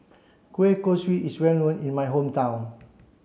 Kueh Kosui is well known in my hometown